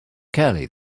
kelly